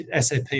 SAP